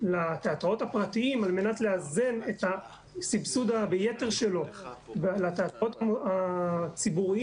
לתיאטראות הפרטיים על מנת לאזן את הסבסוד ביתר שלו לתיאטראות הציבוריים